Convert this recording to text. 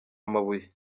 amabuye